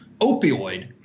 opioid